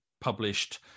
published